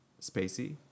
Spacey